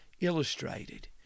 illustrated